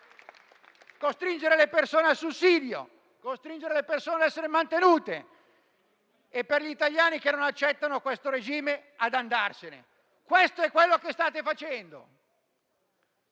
costringere le persone al sussidio; costringere le persone a essere mantenute e, per gli italiani che non accettano questo regime, ad andarsene. Questo è quello che state facendo.